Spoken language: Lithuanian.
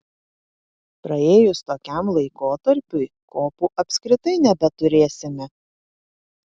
praėjus tokiam laikotarpiui kopų apskritai nebeturėsime